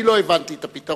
אני לא הבנתי את הפתרון,